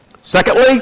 Secondly